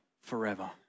forever